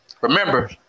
Remember